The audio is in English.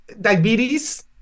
diabetes